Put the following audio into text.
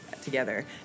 Together